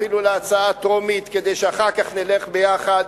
אפילו להצעה טרומית, כדי שאחר כך נלך ביחד,